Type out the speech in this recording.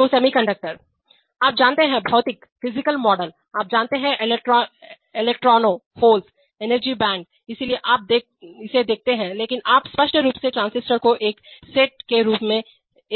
तो सेमीकंडक्टर आप जानते हैं भौतिक फिजिकलमॉडल आप जानते हैं इलेक्ट्रॉनोंहोल्स एनर्जी बैंड इसलिए आप इसे देखते हैं लेकिन आप स्पष्ट रूप से ट्रांजिस्टर के एक सेट के रूप में